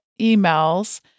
emails